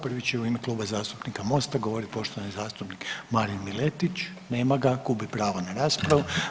Prvi će u ime Kluba zastupnika Mosta govoriti poštovani zastupnik Marin Miletić, nema ga, gubi pravo na raspravu.